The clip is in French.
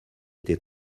était